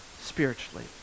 spiritually